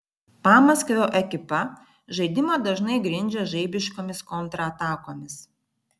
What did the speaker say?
pamaskvio ekipa žaidimą dažnai grindžia žaibiškomis kontratakomis